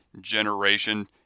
generation